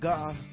God